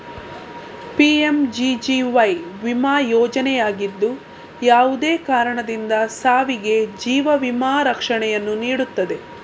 PMGGY ವಿಮಾ ಯೋಜನೆಯಾಗಿದ್ದು, ಯಾವುದೇ ಕಾರಣದಿಂದ ಸಾವಿಗೆ ಜೀವ ವಿಮಾ ರಕ್ಷಣೆಯನ್ನು ನೀಡುತ್ತದೆ